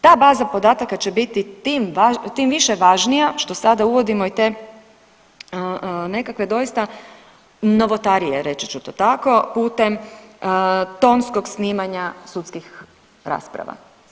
Ta baza podataka će biti tim, tim više važnija što sada uvodimo i te nekakve doista novotarije reći ću to tako putem tonskog snimanja sudskih rasprava.